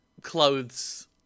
clothes